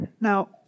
now